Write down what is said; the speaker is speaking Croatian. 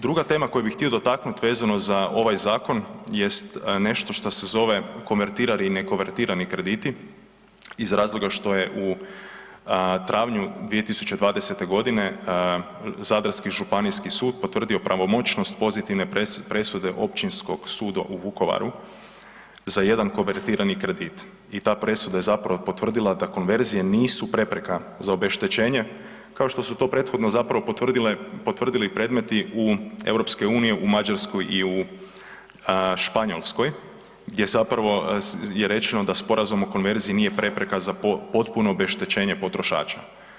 Druga tema koju bih htio dotaknut vezano za ovaj zakon jest nešto što se zove konvertirani i ne konvertirani krediti iz razloga što je u travnju 2020. godine Zadarski županijski sud potvrdio pravomoćnost pozitivne presude Općinskog suda u Vukovaru za jedan konvertirani kredit i ta presuda je potvrdila da konverzije nisu prepreka za obeštećenje kao što su prethodno potvrdili predmeti EU u Mađarskoj i u Španjolskoj gdje je rečeno da Sporazum o konverziji nije prepreka za potpuno obeštećenje potrošača.